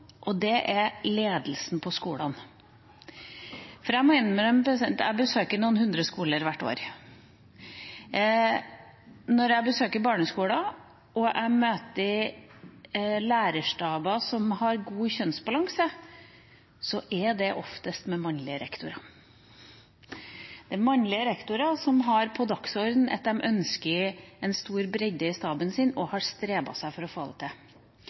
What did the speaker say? og det er ledelsen på skolene. Jeg besøker noen hundre skoler hvert år, og jeg må innrømme at når jeg besøker barneskoler og møter lærerstaber som har god kjønnsbalanse, er det som oftest skoler med mannlige rektorer. Det er mannlige rektorer som har på sin dagsorden at de ønsker stor bredde i staben sin, og som har strebet for å få til det.